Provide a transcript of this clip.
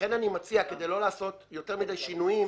לכן, אני מציע כדי לא לעשות יותר מדי שינויים,